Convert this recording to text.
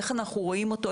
איך אנחנו רואים אותו,